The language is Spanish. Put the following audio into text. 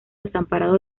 desamparados